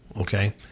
okay